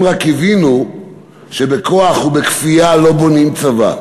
הם רק הבינו שבכוח ובכפייה לא בונים צבא,